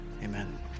Amen